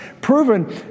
proven